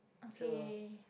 so